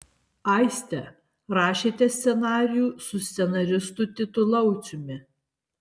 aiste rašėte scenarijų su scenaristu titu lauciumi